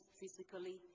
physically